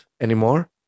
anymore